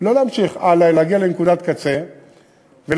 לא להמשיך הלאה, אלא להגיע לנקודת קצה ולחזור.